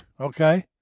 okay